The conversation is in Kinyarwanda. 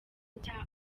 nshya